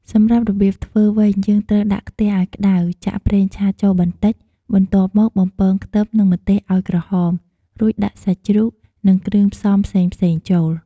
សម្រាប់របៀបធ្វើវិញ យើងត្រូវដាក់ខ្ទះអោយក្តៅ ចាក់ប្រេងឆាចូលបន្តិច បន្ទាប់មកបំពងខ្ទឹមនិងម្ទេសអោយក្រហម រួចដាក់សាច់ជ្រូក និង គ្រឿងផ្សំផ្សេងៗចូល។